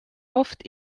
oft